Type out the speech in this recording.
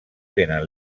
tenen